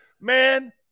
Man